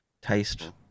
taste